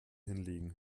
hinlegen